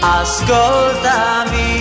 ascoltami